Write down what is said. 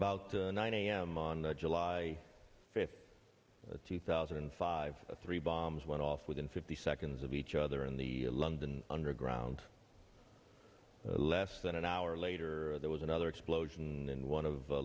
about nine a m on the july fifth two thousand and five three bombs went off off within fifty seconds of each other in the london underground less than an hour later there was another explosion in one of